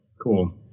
cool